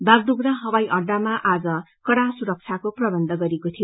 बागडुप्रा हवाई अङ्वामा आज कड़ा सुरक्षाको प्रवन्य गरिएको थियो